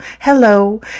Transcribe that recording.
hello